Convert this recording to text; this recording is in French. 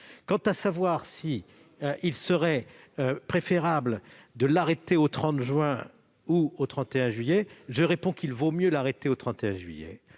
Quant à savoir s'il serait préférable de l'arrêter au 30 juin ou au 31 juillet, je réponds qu'il vaut mieux l'arrêter au 31 juillet,